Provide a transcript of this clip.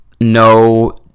No